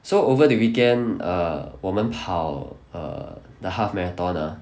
so over the weekend err 我们跑 err the half marathon ah